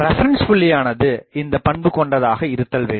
reference புள்ளியானது இந்தப்பண்பு கொண்டதாக இருத்தல் வேண்டும்